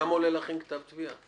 כמה עולה להכין כתב תביעה?